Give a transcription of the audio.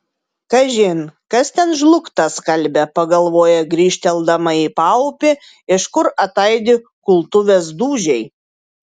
kažin kas ten žlugtą skalbia pagalvoja grįžteldama į paupį iš kur ataidi kultuvės dūžiai